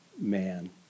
man